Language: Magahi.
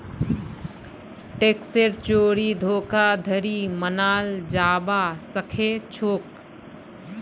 टैक्सेर चोरी धोखाधड़ी मनाल जाबा सखेछोक